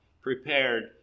prepared